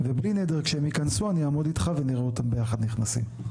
ובלי נדר כשהם ייכנסו אני אעמוד איתך ונראה אותם יחד נכנסים.